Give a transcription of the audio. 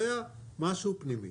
זה היה משהו פנימי.